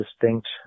distinct